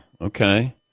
Okay